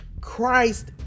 Christ